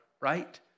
right